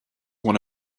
one